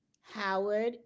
Howard